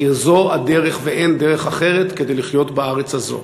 כי זו הדרך ואין דרך אחרת כדי לחיות בארץ הזו.